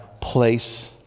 place